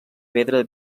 pedra